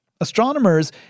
Astronomers